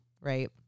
right